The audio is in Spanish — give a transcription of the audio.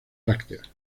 brácteas